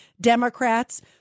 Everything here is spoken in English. Democrats